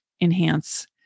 enhance